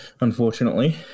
unfortunately